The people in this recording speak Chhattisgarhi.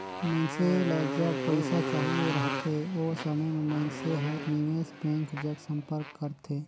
मइनसे ल जब पइसा चाहिए रहथे ओ समे में मइनसे हर निवेस बेंक जग संपर्क करथे